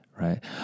right